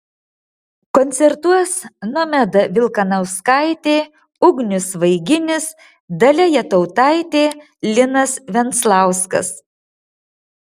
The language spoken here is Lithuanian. koncertuos nomeda vilkanauskaitė ugnius vaiginis dalia jatautaitė linas venclauskas